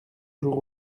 jour